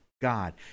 God